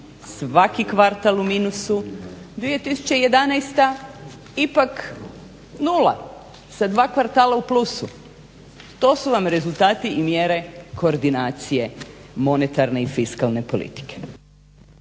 svaki kvartal u minusu, 2011. ipak 0 sa dva kvartala u plusu. To su vam rezultati i mjere koordinacije monetarne i fiskalne politike.